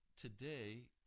today